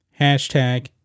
Hashtag